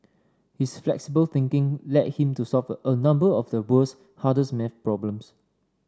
his flexible thinking led him to solve a number of the world's hardest math problems